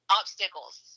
obstacles